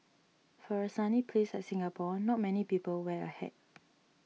for a sunny place like Singapore not many people wear a hat